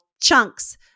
chunks